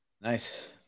Nice